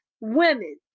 women